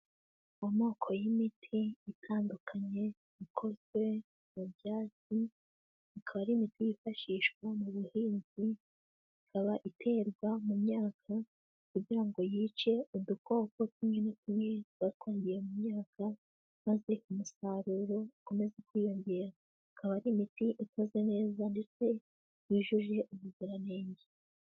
Amoko y'imiti itandukanye ikozwe mu byatsi ikaba ari yifashishwa mu buhinzi ikaba iterwa mu myaka kugira ngo yice udukoko tumwe na tumwe tuba twagiye mu myaka maze umusaruro ukomeze kwiyongera, ikaba ari imiti ukoze neza ndetse yujuje ubuziranenge.